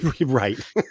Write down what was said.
Right